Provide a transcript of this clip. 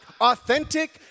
authentic